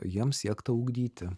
jiems siekta ugdyti